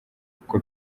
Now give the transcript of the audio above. kuko